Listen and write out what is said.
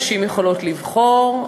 נשים יכולות לבחור,